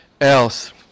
else